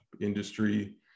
industry